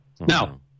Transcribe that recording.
Now